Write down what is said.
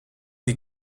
die